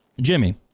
Jimmy